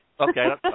Okay